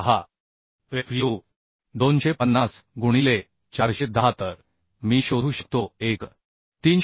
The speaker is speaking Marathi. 250 गुणिले 410 तर मी शोधू शकतो 1